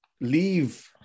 leave